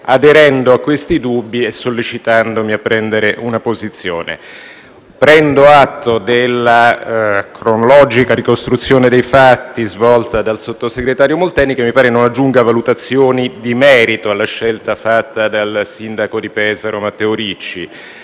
aderendo a questi dubbi e sollecitandomi a prendere una posizione. Prendo atto della cronologica ricostruzione dei fatti svolta dal sottosegretario Molteni, che mi pare non aggiunga valutazioni di merito alla scelta fatta dal sindaco di Pesaro Matteo Ricci.